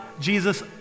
Jesus